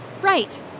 Right